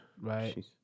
Right